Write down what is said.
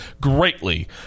greatly